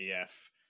EF